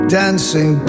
dancing